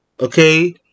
Okay